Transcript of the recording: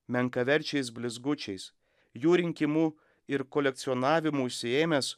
menkaverčiais blizgučiais jų rinkimu ir kolekcionavimu užsiėmęs